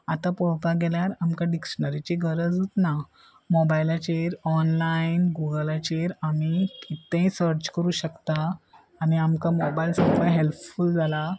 आतां पळोवपाक गेल्यार आमकां डिक्शनरीची गरजूच ना मोबायलाचेर ऑनलायन गुगलाचेर आमी कित्तेय सर्च करू शकता आनी आमकां मोबायल सारको हॅल्पफूल जाला